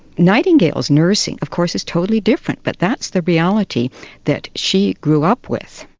nightingale's nursing of course is totally different, but that's the reality that she grew up with.